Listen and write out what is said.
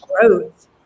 growth